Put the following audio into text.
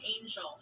angel